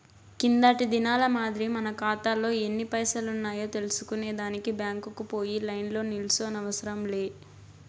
కిందటి దినాల మాదిరి మన కాతాలో ఎన్ని పైసలున్నాయో తెల్సుకునే దానికి బ్యాంకుకు పోయి లైన్లో నిల్సోనవసరం లే